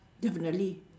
definitely